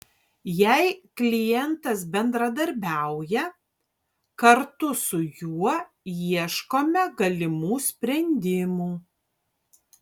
jei klientas bendradarbiauja kartu su juo ieškome galimų sprendimų